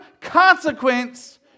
consequence